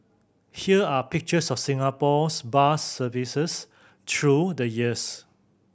here are pictures of Singapore's bus services through the years